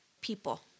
people